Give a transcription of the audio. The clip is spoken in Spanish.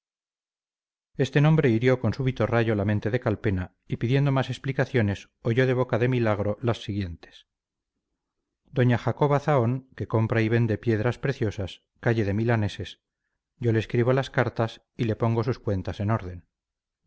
este nombre hirió con súbito rayo la mente de calpena y pidiendo más explicaciones oyó de boca de milagro las siguientes doña jacoba zahón que compra y vende piedras preciosas calle de milaneses yo le escribo las cartas y le pongo sus cuentas en orden